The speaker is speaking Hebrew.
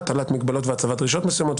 הטלת מגבלות והצבת דרישות מסוימות,